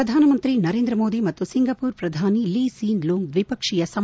ಪ್ರಧಾನಮಂತ್ರಿ ನರೇಂದ್ರ ಮೋದಿ ಮತ್ತು ಸಿಂಗಾಪುರ್ ಪ್ರಧಾನಮಂತ್ರಿ ಲಿ ಸೀನ್ ಲೂಂಗ್ ದ್ನಿಪಕ್ಷೀಯ ಸಮಲೋಚನೆ